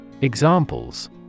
Examples